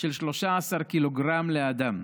של 13 ק"ג לאדם.